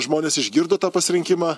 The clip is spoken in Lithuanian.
žmonės išgirdo tą pasirinkimą